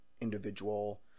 individual